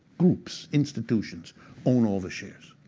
groups, institutions own all the shares.